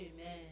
Amen